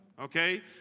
Okay